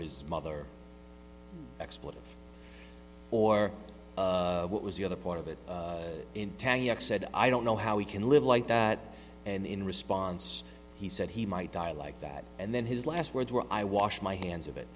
his mother expletives or what was the other part of it in town york said i don't know how he can live like that and in response he said he might die like that and then his last words were i washed my hands of it